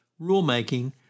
rulemaking